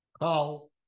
call